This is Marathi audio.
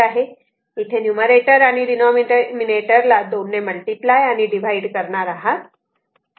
इथे तुम्ही न्यूमरेटर आणि डिनॉमिनेटर ला 2 ने मल्टिप्लाय आणि डिव्हाइड करणार आहात